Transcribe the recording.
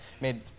Made